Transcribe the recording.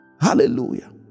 Hallelujah